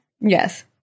Yes